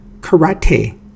karate